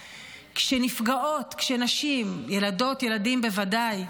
כשנפגעות, כשנשים, ילדות-ילדים בוודאי,